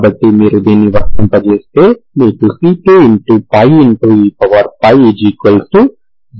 కాబట్టి మీరు దీన్ని వర్తింపజేస్తే మీకు c2e0 వస్తుంది